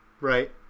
Right